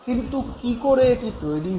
কিন্তু কী করে এটি তৈরি হয়